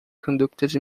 conducted